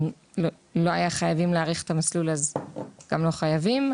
אם לא היו חייבים להאריך את המסלול אז גם לא חייבים,